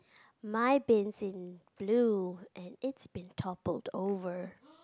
mine bin in blue and it's been toppled over